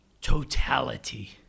totality